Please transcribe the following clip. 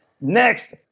Next